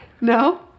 No